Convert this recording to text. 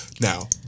Now